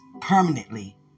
permanently